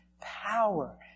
power